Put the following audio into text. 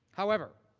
however,